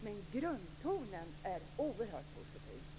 Men grundtonen är oerhört positiv.